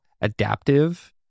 adaptive